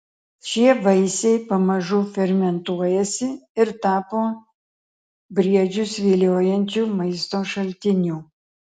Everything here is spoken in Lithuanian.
šie vaisiai pamažu fermentuojasi ir tapo briedžius viliojančiu maisto šaltiniu